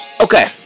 Okay